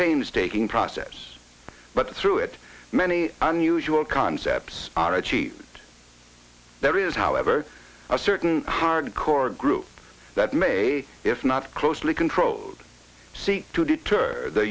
painstaking process but through it many unusual concepts are achieved there is however a certain hardcore group that may if not closely controlled seek to deter the